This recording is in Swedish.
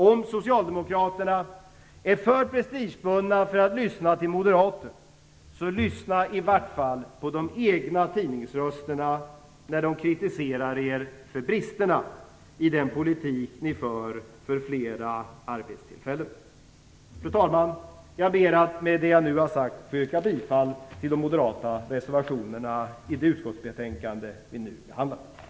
Om ni socialdemokrater är för prestigebundna för att lyssna till moderater, så lyssna i varje fall på de egna tidningsrösterna när dessa kritiserar er för bristerna i den politik för fler arbetstillfällen som ni för! Fru talman! Med det jag nu har sagt ber jag att få yrka bifall till de moderata reservationerna i det utskottsbetänkande vi nu behandlar.